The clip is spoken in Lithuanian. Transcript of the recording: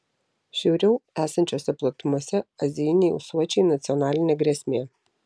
šiauriau esančiose platumose azijiniai ūsuočiai nacionalinė grėsmė